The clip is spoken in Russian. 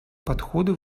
подходы